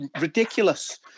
ridiculous